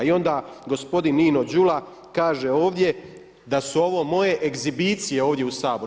I onda gospodin Nino Đula kaže ovdje da su ovo moje egzibicije ovdje u Saboru.